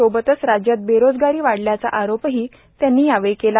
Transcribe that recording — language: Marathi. सोबतच राज्यात बेरोजगारी वाढल्याचा आरोपही त्यांनी यावेळी केला